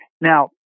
Now